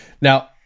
Now –